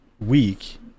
week